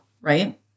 right